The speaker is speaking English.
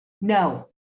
No